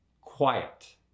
Quiet